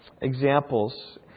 examples